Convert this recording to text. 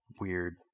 weird